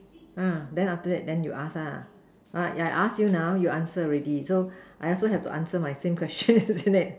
then after that then you ask lah I ask you now you answer already so I also have to answer my same question isn't it